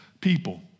people